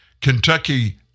Kentucky